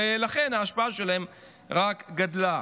ולכן ההשפעה שלהם רק גדלה.